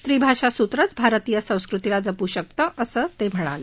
त्रिभाषा सूत्रच भारतीय संस्कृतीला जपू शकतं असं ते म्हणाले